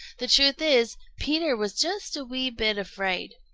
the truth is, peter was just a wee bit afraid.